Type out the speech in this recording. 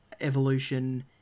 evolution